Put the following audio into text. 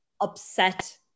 upset